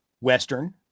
Western